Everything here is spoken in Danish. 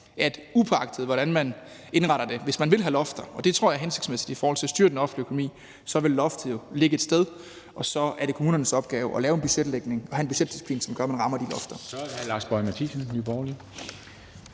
at uagtet hvordan man indretter det, vil loftet, hvis man vil have lofter, og det tror jeg er hensigtsmæssigt for at styre den offentlige økonomi, ligge et sted, og så er det kommunernes opgave at lave en budgetlægning og have en budgetdisciplin, der gør, at de rammer de lofter.